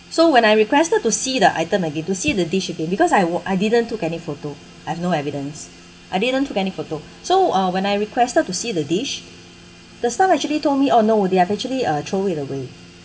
so when I requested to see the item again to see the dish again because I w~ I didn't took any photo I have no evidence I didn't took any photo so uh when I requested to see the dish the staff actually told me oh no they have actually uh throw it away